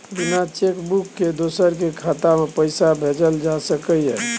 बिना cheque book के दोसर के खाता में पैसा भेजल जा सकै ये?